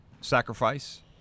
sacrifice